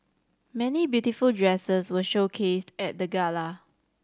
many beautiful dresses were showcased at the gala